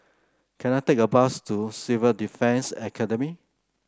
can I take a bus to Civil Defence Academy